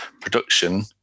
production